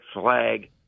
Flag